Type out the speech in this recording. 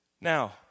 Now